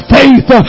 faith